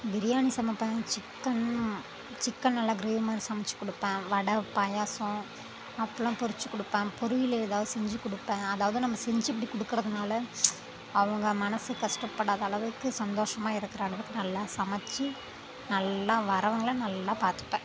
பிரியாணி சமைப்பேன் chicken chicken நல்லா gravy மாதிரி சமைச்சி கொடுப்பேன் வடை பாயாசம் அப்பளம் பொரித்து கொடுப்பேன் பொரியல் எதாவுது செஞ்சு கொடுப்பேன் அதாவது நம்ம செஞ்சு இப்படி கொடுக்கறதுனால அவங்க மனது கஷ்டப்படாத அளவுக்கு சந்தோஷமாக இருக்கிற அளவுக்கு நல்லா சமைச்சி நல்லா வர்றவங்கள நல்லா பார்த்துப்பேன்